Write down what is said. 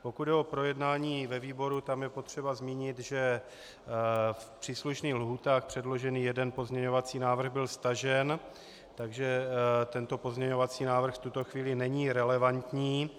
Pokud jde o projednání ve výboru, tam je potřeba zmínit, že v příslušných lhůtách předložený jeden pozměňovací návrh byl stažen, takže tento pozměňovací návrh v tuto chvíli není relevantní.